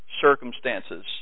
circumstances